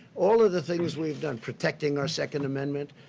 all of the things we've done. protecting our second amendment.